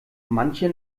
manche